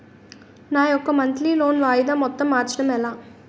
నా యెక్క monthly loan వాయిదా మొత్తం మార్చడం ఎలా?